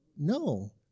No